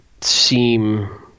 seem